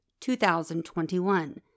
2021